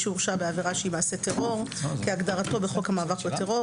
שהורשע בעבירה שהיא מעשה טרור כהגדרתו בחוק המאבק בטרור,